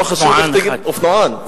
אופנוען אחד.